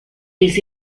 des